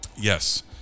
Yes